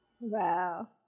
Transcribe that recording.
Wow